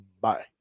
Bye